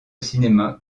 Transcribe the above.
cinéma